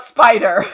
spider